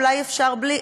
אולי אפשר בלי,